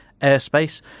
airspace